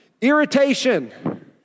Irritation